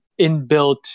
inbuilt